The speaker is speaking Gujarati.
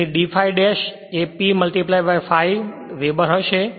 તેથી d ∅ dash એ P ∅ વેબર હશે